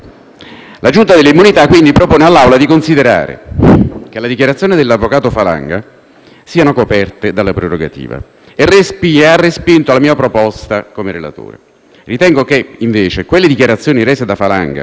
immunità parlamentari, quindi, propone all'Assemblea di considerare che le dichiarazioni dell'avvocato Falanga siano coperte dalla prerogativa e ha respinto la mia proposta di relatore. Ritengo, invece, che le dichiarazioni rese dall'ex